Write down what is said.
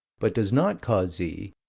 but does not cause z,